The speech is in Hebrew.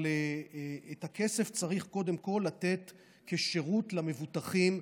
אבל את הכסף צריך קודם כול לתת כשירות למבוטחים,